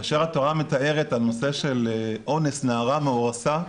כאשר התורה מתארת על נושא של אונס נערה מאורסה,